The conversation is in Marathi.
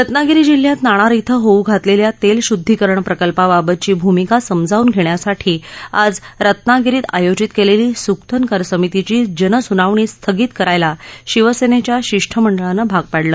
रत्नागिरी जिल्ह्यात नाणार इथं होऊ घातलेल्या तेलशुद्धीकरण प्रकल्पाबाबतची भूमिका समजावून घेण्यासाठी आज रत्नागिरीत आयोजित केलेली सुकथनकर समितीची जनसुनावणी स्थगित करायला शिवसेनेच्या शिष्टमंडळानं भाग पाडलं